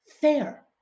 fair